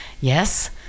Yes